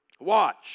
Watch